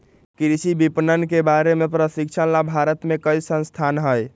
कृषि विपणन के बारे में प्रशिक्षण ला भारत में कई संस्थान हई